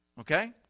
Okay